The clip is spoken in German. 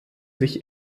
sich